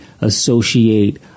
associate